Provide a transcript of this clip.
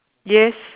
yes